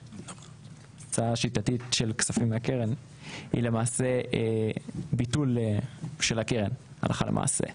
הוצאה שיטתית של כספים מהקרן היא למעשה ביטול של הקרן הלכה למעשה.